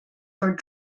for